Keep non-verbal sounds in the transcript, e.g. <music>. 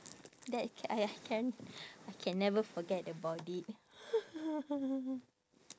that ca~ !aiya! can I can never forget about it <noise>